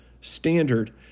standard